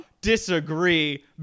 Disagree